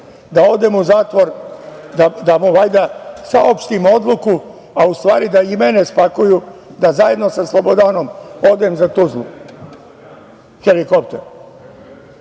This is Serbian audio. da odem u zatvor, da mu valjda saopštim odluku, a u stvari da i mene spakuju da zajedno sa Slobodanom odem za Tuzlu helikopterom. Kome